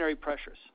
pressures